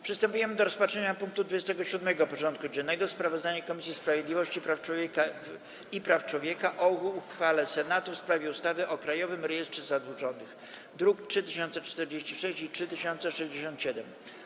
Przystępujemy do rozpatrzenia punktu 27. porządku dziennego: Sprawozdanie Komisji Sprawiedliwości i Praw Człowieka o uchwale Senatu w sprawie ustawy o Krajowym Rejestrze Zadłużonych (druki nr 3046 i 3067)